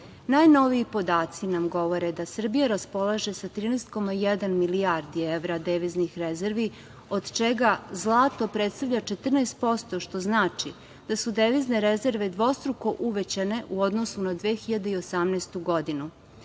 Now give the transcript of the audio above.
ambijent. Najnoviji podaci nam govore da Srbija raspolaže sa 13,1 milijardi evra deviznih rezervi, od čega zlato predstavlja 14%, što znači da su devizne rezerve dvostruko uvećane u odnosu na 2018. godinu.